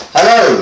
Hello